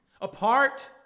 apart